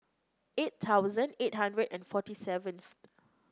eight thousand eight hundred and forty seventh